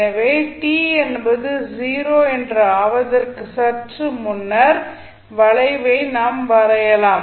எனவே t என்பது 0 என்று ஆவதற்கு சற்று முன்னர் வளைவை நாம் வரையலாம்